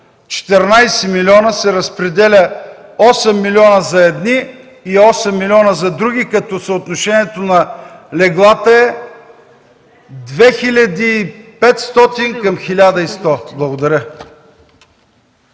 14 милиона се разпределя 8 милиона за едни и 8 милиона за други, като съотношението на леглата е 2500:1100! Благодаря.